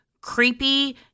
creepy